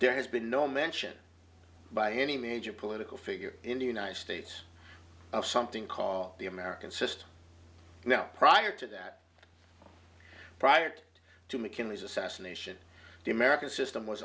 there has been no mention by any major political figure in the united states of something called the american system now prior to that prior to two mckinley's assassination the american system was